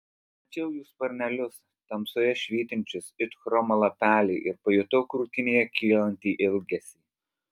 mačiau jų sparnelius tamsoje švytinčius it chromo lapeliai ir pajutau krūtinėje kylantį ilgesį